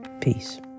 Peace